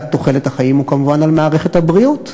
תוחלת החיים הוא כמובן על מערכת הבריאות.